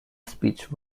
speech